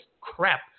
crap